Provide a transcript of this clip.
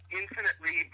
infinitely